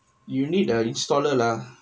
you need the installer lah